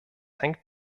hängt